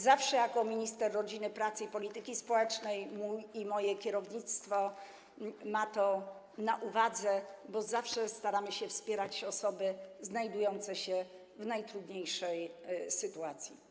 Zawsze ja jako minister rodziny, pracy i polityki społecznej i moje kierownictwo mamy to na uwadze, bo zawsze staramy się wspierać osoby znajdujące się w najtrudniejszej sytuacji.